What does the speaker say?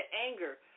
anger